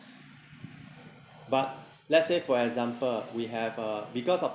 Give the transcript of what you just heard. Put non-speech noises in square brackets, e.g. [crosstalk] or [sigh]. [noise] but let's say for example we have uh because of